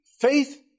faith